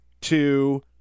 two